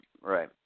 Right